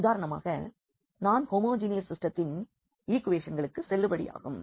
உதாரணமாக நான் ஹோமோஜீனியஸ் சிஸ்டத்தின் ஈக்குவேஷன்களுக்கு செல்லுபடியாகும்